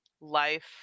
life